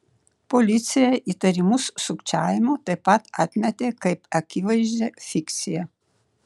policija įtarimus sukčiavimu taip pat atmetė kaip akivaizdžią fikciją